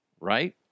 Right